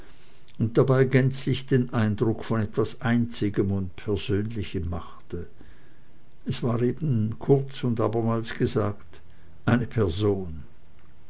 und dabei gänzlich den eindruck von etwas einzigem und persönlichem machte es war eben kurz und abermals gesagt eine person